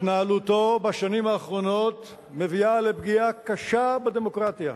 התנהלותו בשנים האחרונות מביאה לפגיעה קשה בדמוקרטיה,